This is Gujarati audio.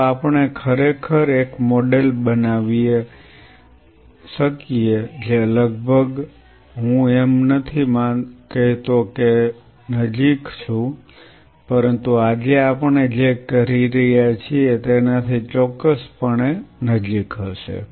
જો આપણે ખરેખર એક મોડેલ બનાવી શકીએ જે હું એમ નથી કેહતો કે નજીક છું પરંતુ આજે આપણે જે કરી રહ્યા છીએ તેનાથી ચોક્કસપણે નજીક હશે